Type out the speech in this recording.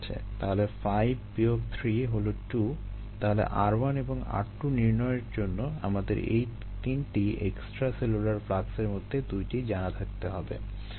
তাহলে 5 বিয়োগ 3 হলো 2 তাহলে r1 এবং r2 নির্ণয়ের জন্য আমাদের এই 3টি এক্সট্রাসেলুলার ফ্লাক্সের মধ্যে 2টি জানা থাকতে হবে